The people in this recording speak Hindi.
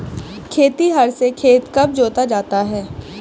खेतिहर से खेत कब जोता जाता है?